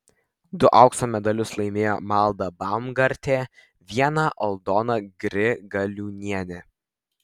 du aukso medalius laimėjo malda baumgartė vieną aldona grigaliūnienė